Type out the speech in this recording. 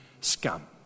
scum